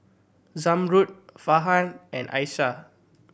Zamrud Farhan and Aishah